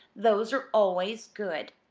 those are always good.